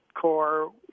core